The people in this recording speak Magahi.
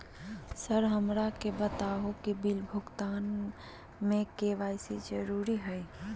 सर हमरा के बताओ कि बिल भुगतान में के.वाई.सी जरूरी हाई?